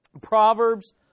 proverbs